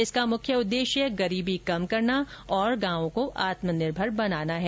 इसका मुख्य उद्देश्य गरीबी कम करना और गांवों को आत्मनिर्भर बनाना है